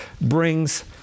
brings